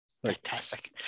fantastic